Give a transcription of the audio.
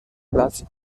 plats